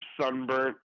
sunburnt